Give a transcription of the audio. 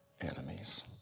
enemies